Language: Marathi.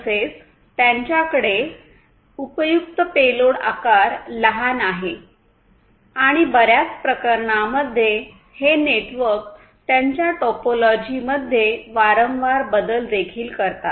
तसेच त्यांच्याकडे उपयुक्त पेलोड आकार लहान आहे आणि बर्याच प्रकरणांमध्ये हे नेटवर्क त्यांच्या टोपोलॉजीमध्ये वारंवार बदल देखील करतात